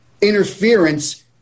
interference